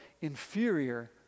inferior